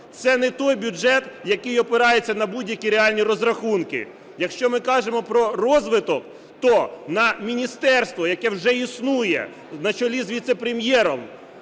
Це не той бюджет, який опирається на будь-які реальні розрахунки. Якщо ми кажемо про розвиток, то на міністерство, яке вже існує на чолі з віце-прем'єром,